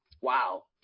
Wow